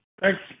Thanks